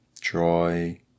joy